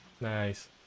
Nice